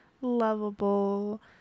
lovable